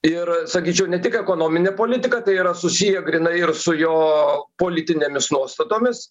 ir sakyčiau ne tik ekonominė politika tai yra susiję grynai ir su jo politinėmis nuostatomis